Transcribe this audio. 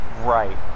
right